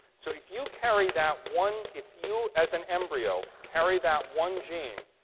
so if you carry that one if you, as an embryo, carry that one gene,